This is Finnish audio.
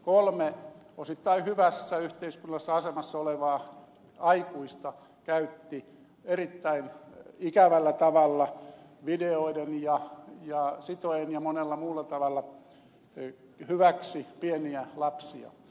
kolme osittain hyvässä yhteiskunnallisessa asemassa olevaa aikuista käytti erittäin ikävällä tavalla videoiden ja sitoen ja monella muulla tavalla hyväksi pieniä lapsia